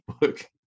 book